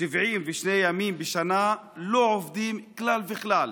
72 ימים בשנה לא עובדים כלל וכלל,